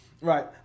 Right